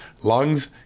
lungs